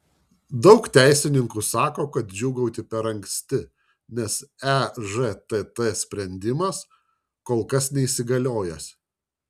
daug teisininkų sako kad džiūgauti per anksti nes ežtt sprendimas kol kas neįsigaliojęs